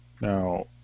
Now